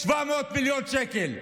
700 מיליון שקל,